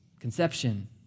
Conception